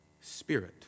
spirit